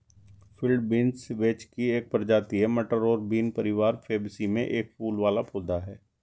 field beans vetch की एक प्रजाति है, मटर और बीन परिवार फैबेसी में एक फूल वाला पौधा है